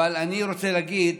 אבל אני רוצה להגיד